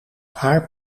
haar